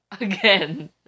Again